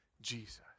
Jesus